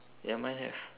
ya mine have